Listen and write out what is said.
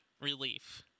relief